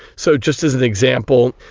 so, just as an example,